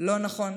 לא נכון.